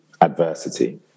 adversity